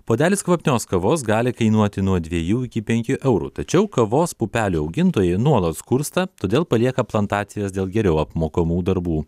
puodelis kvapnios kavos gali kainuoti nuo dviejų iki penkių eurų tačiau kavos pupelių augintojai nuolat skursta todėl palieka plantacijas dėl geriau apmokamų darbų